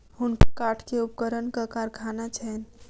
हुनकर काठ के उपकरणक कारखाना छैन